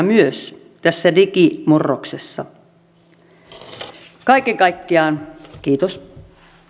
myös paperiversioina tässä digimurroksessa kaiken kaikkiaan kiitos